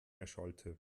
erschallte